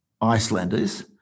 Icelanders